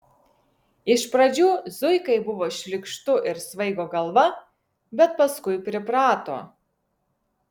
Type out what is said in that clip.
iš pradžių zuikai buvo šlykštu ir svaigo galva bet paskui priprato